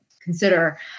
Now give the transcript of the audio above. consider